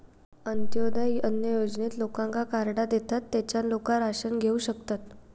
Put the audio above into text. अंत्योदय अन्न योजनेत लोकांका कार्डा देतत, तेच्यान लोका राशन घेऊ शकतत